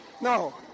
no